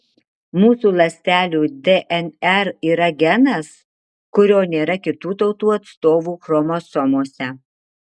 mūsų ląstelių dnr yra genas kurio nėra kitų tautų atstovų chromosomose